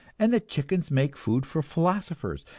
and chickens make food for philosophers,